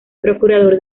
procurador